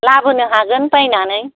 लाबोनो हागोन बायनानै